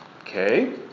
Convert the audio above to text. Okay